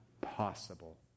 possible